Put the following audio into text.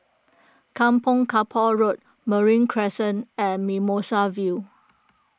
Kampong Kapor Road Marine Crescent and Mimosa View